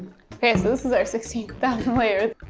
and this is our sixteen thousand layers.